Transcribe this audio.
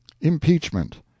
Impeachment